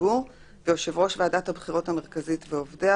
הציבור ויושב ראש ועדת הבחירות המרכזית ועובדיה,